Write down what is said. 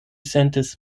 sentis